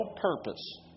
purpose